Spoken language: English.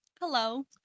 Hello